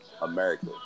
America